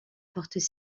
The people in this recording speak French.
portent